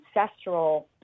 ancestral